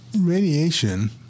Radiation